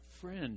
Friend